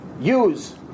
use